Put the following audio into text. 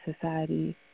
society